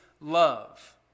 love